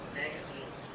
magazines